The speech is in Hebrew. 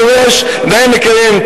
נאה דורש נאה מקיים.